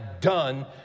done